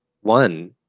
one